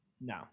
No